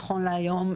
נכון להיום,